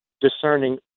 discerning